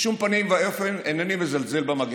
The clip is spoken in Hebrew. בשום פנים ואופן אינני מזלזל במגפה.